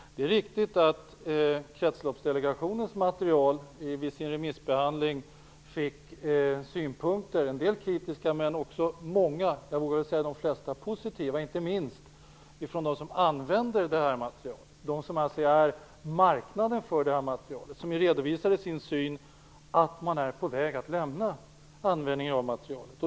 Det är riktigt att det kom in synpunkter på kretsloppsdelegationens material vid remissbehandlingen. En del var kritiska, men jag vågar säga att de flesta var positiva. De positiva synpunkterna kom inte minst från dem som använder det här materialet och som är marknaden för det här materialet. De redovisade att de är på väg att lämna användningen av materialet.